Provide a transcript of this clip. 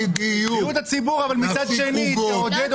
בריאות הציבור, אבל מצד שני תעודד